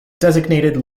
designated